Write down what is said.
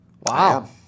Wow